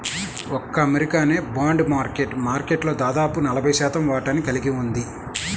ఒక్క అమెరికానే bond market మార్కెట్లో దాదాపు నలభై శాతం వాటాని కలిగి ఉంది